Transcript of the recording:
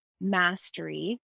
mastery